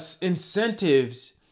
incentives